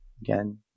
again